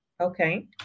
Okay